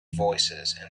voicesand